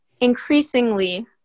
increasingly